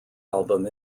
album